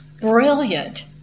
brilliant